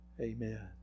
amen